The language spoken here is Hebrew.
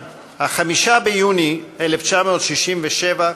5 ביוני 1967,